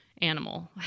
animal